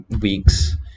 weeks